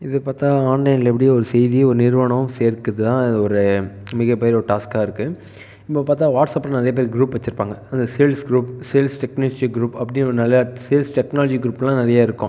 இது பார்த்தா ஆன்லைனில் எப்படி ஒரு செய்தியை ஒரு நிறுவனம் சேர்க்குதா இது ஒரு மிகப்பெரிய ஒரு டாஸ்க்காக இருக்குது இப்போ பார்த்தா வாட்ஸ்அப்பில் நிறைய பேர் குரூப் வெச்சிருப்பாங்க அந்த sales group sales technician group அப்படி ஒரு நல்ல சேல்ஸ் டெக்னாலஜி குரூப்லாம் நிறைய இருக்கும்